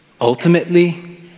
ultimately